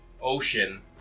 ocean